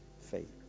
faith